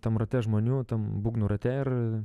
tam rate žmonių tam būgnų rate ir